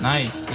Nice